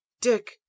dick